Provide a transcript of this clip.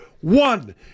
One